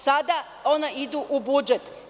Sada ona idu u budžet.